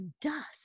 dust